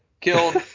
killed